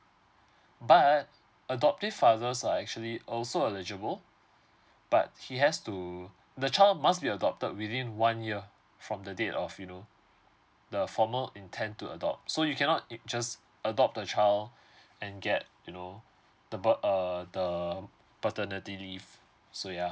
but adoptive father are actually also eligible but he has to the child must be adopted within one year from the date of you know the formal intend to adopt so you cannot it just adopt the child and get you know the bir~ uh the paternity leave so ya